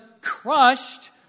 crushed